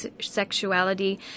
sexuality